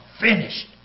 finished